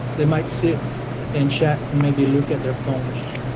they might sit and chat, maybe look at their phones.